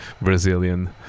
Brazilian